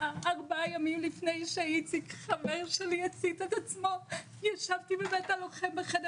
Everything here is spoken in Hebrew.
ארבעה ימים לפני שאיציק חבר שלי הצית את עצמו ישבתי בבית הלוחם בחדר